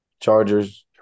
Chargers